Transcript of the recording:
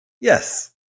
Yes